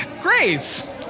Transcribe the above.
Grace